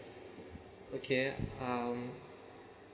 okay um